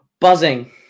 Buzzing